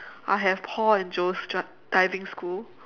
I have Paul and Joe's dri~ diving school